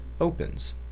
opens